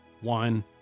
One